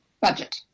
budget